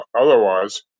otherwise